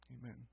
Amen